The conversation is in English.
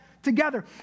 together